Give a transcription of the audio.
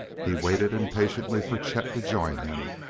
he waited impatiently for chet to join him,